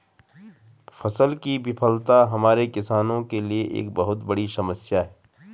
फसल की विफलता हमारे किसानों के लिए एक बहुत बड़ी समस्या है